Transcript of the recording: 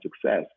success